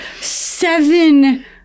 seven